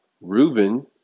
Reuben